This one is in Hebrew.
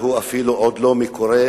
והוא אפילו עוד לא מקורה,